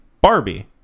Barbie